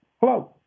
Hello